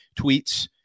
tweets